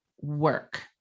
work